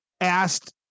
asked